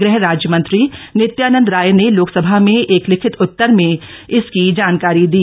गृह राज्यमंत्री नित्यानंद राय ने लोकसभा में एक लिखित उत्तर में इसकी जानकारी दी